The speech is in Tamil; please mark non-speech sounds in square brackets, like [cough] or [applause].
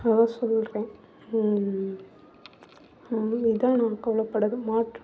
அதான் சொல்கிறேன் [unintelligible]